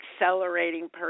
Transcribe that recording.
accelerating